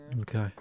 Okay